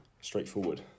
straightforward